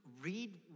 read